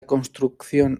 construcción